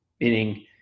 meaning